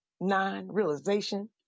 non-realization